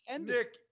Nick